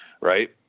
Right